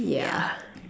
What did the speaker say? yeah